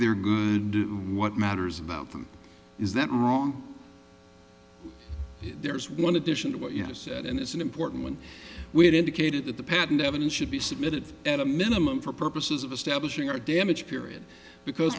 they're good do what matters about them is that wrong there's one addition to what yes and it's an important one we had indicated that the patent evidence should be submitted at a minimum for purposes of establishing our damage period because